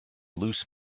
loose